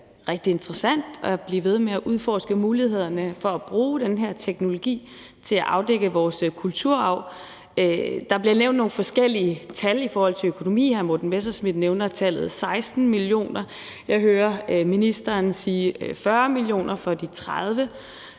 rigtig interessant at blive ved med at udforske mulighederne for at bruge den her teknologi til at afdække vores kulturarv. Der bliver nævnt nogle forskellige tal i forhold til økonomi. Hr. Morten Messerschmidt nævner tallet 16 mio. kr., og jeg hører ministeren sige 40 mio. kr. for 30 bygninger,